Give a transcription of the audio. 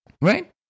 Right